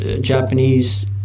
Japanese